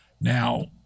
Now